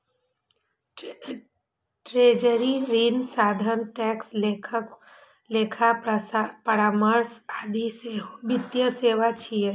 treasury, ऋण साधन, tax, लेखा परामर्श आदि सेहो वित्तीय सेवा छियै